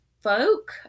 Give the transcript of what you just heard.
Folk